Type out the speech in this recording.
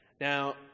Now